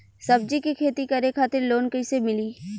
सब्जी के खेती करे खातिर लोन कइसे मिली?